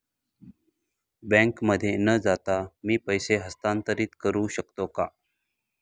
बँकेमध्ये न जाता मी पैसे हस्तांतरित करू शकतो का?